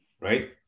right